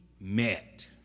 met